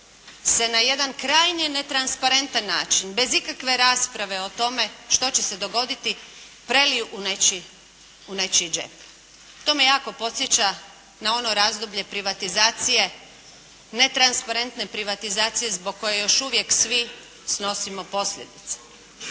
se na jedan krajnji netransparentan način bez ikakve rasprave o tome što će se dogoditi preliju u nečiji džep. To me jako podsjeća na ono razdoblje privatizacije, netransparentne privatizacije zbog koje još uvijek svi snosimo posljedice.